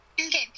Okay